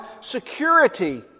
security